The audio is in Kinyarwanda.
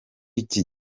iki